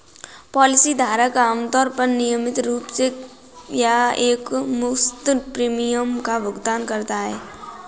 policy धारक आमतौर पर नियमित रूप से या एकमुश्त प्रीमियम का भुगतान करता है